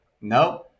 Nope